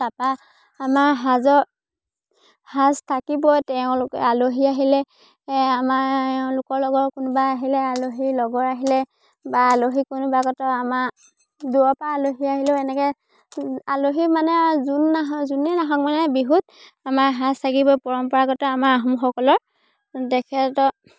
তাৰপৰা আমাৰ সাজৰ সাজ থাকিবই তেওঁলোকে আলহী আহিলে আমাৰ এওঁলোকৰ লগৰ কোনোবা আহিলে আলহীৰ লগৰ আহিলে বা আলহী কোনোবা আমাৰ দূৰৰপৰা আলহী আহিলেও এনেকৈ আলহী মানে যোন নাহওক যোনেই নাহওক মানে বিহুত আমাৰ সাজ থাকিবই পৰম্পৰাগত আমাৰ আহোমসকলৰ তেখেতৰ